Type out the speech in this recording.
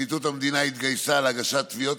פרקליטות המדינה התגייסה להגשת תביעות